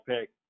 pick